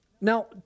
Now